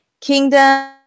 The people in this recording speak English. kingdom